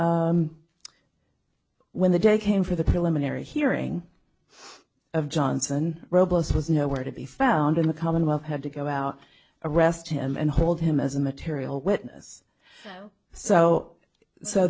when the day came for the preliminary hearing of johnson robust was nowhere to be found in the commonwealth had to go out arrest him and hold him as a material witness so so